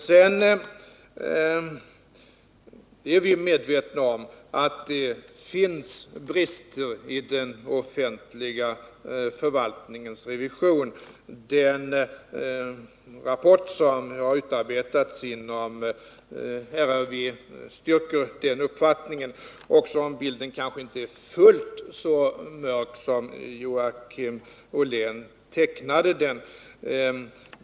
Vi är medvetna om att det finns brister i den offentliga förvaltningens revision. Den rapport som utarbetats inom RRV styrker den uppfattningen, även om bilden inte är fullt så mörk som Joakim Ollén tecknade den.